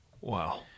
Wow